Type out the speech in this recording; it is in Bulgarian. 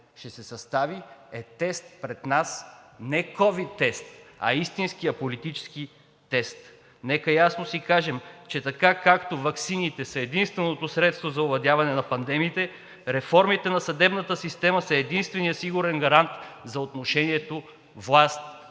ще се състави, е тест пред нас – не ковид тест, а истинският политически тест. Нека ясно си кажем, че така, както ваксините са единственото средство за овладяване на пандемиите, реформите на съдебната система са единственият сигурен гарант за отношението власт – граждани.